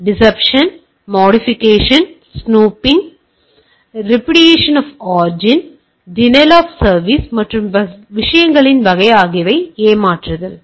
deception modification snooping repudiation of origin denial of service மற்றும் விஷயங்களின் வகை ஆகியவை ஏமாற்றுதல்